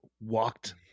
walked